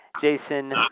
Jason